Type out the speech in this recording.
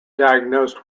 diagnosed